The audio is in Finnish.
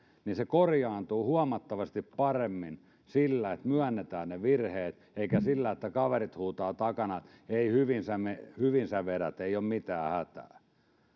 se korjaantuu huomattavasti paremmin sillä että myönnetään ne virheet kuin sillä että kaverit huutavat takana hei hyvin sä vedät ei ole mitään hätää